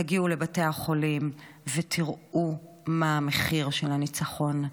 תגיעו לבתי החולים ותראו מה המחיר של הניצחון,